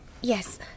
Yes